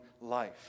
life